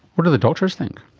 what did the doctors think?